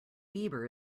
bieber